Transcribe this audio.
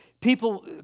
People